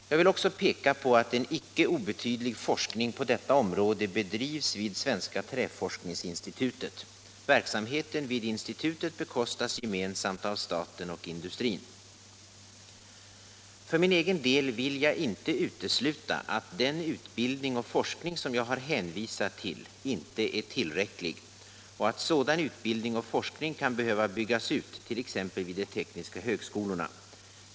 Vidare vill jag peka på att en icke obetydlig forskning på detta område bedrivs vid Svenska träforskningsinstitutet. Verksamheten vid institutet bekostas gemensamt av staten och industrin. För min egen del vill jag inte utesluta att den utbildning och forskning som jag har hänvisat till inte är tillräcklig och att sådan utbildning och forskning kan behöva byggas ut t.ex. vid de tekniska högskolorna.